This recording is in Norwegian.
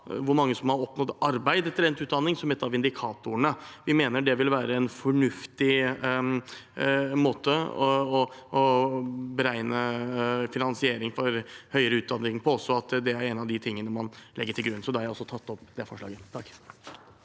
hvor mange som har oppnådd arbeid etter endt utdanning, som en av indikatorene. Vi mener det vil være en fornuftig måte å beregne finansiering av høyere utdanning på, at det er en av de tingene man legger til grunn. Da har jeg også tatt opp det forslaget.